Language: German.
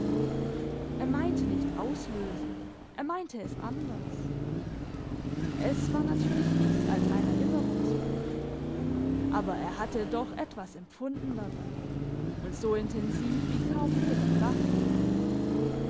er meinte nicht auslösen er meinte es anders es war natürlich nichts als ein erinnerungsbild aber er hatte doch etwas empfunden dabei und so intensiv wie kaum je beim wachen